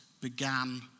began